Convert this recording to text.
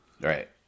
right